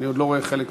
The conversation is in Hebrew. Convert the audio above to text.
אפשר להקדים